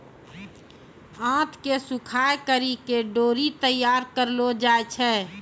आंत के सुखाय करि के डोरी तैयार करलो जाय छै